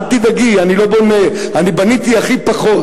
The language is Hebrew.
אל תדאגי, אני לא בונה, אני בניתי הכי פחות.